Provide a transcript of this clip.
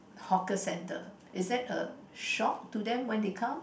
hawker centre is that a shop to them when they come